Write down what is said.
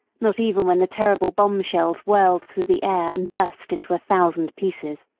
not even when the terrible bomb-shells whirled through the air and burst into a thousand pieces.